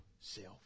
self